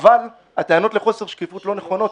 הטענות לחוסר שקיפות לא נכונות.